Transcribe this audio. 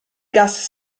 gas